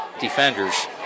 defenders